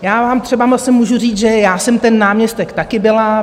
Já vám třeba zase můžu říct, že já jsem ten náměstek taky byla.